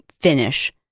finish